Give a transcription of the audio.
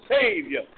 savior